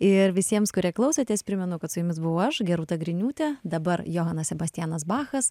ir visiems kurie klausotės primenu kad su jumis buvau aš gerūta griniūtė dabar johanas sebastianas bachas